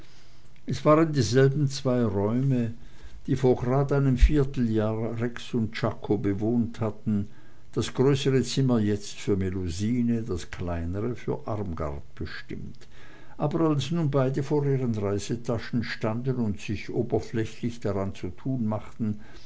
es waren dieselben zwei räume die vor gerad einem vierteljahr rex und czako bewohnt hatten das größere zimmer jetzt für melusine das kleinere für armgard bestimmt aber als nun beide vor ihren reisetaschen standen und sich oberflächlich daran zu tun machten